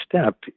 step